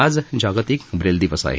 आज जागतिक ब्रेल दिवस आहे